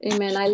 Amen